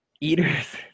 Eaters